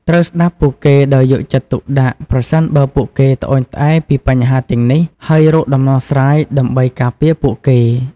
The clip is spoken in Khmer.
ត្រូវស្តាប់ពួកគេដោយយកចិត្តទុកដាក់ ប្រសិនបើពួកគេត្អូញត្អែរពីបញ្ហាទាំងនេះ ហើយរកដំណោះស្រាយដើម្បីការពារពួកគេ។